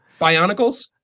Bionicles